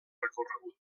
recorregut